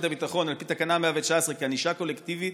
הביטחון על פי תקנה 119 כענישה קולקטיבית,